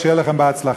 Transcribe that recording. שיהיה לכם בהצלחה.